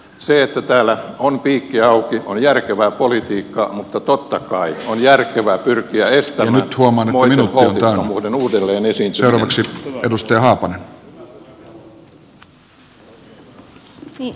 se että täällä on piikki auki on järkevää politiikkaa mutta totta kai on järkevää pyrkiä estämään moisen holtittomuuden uudelleen esiintyminen